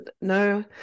no